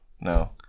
No